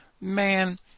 man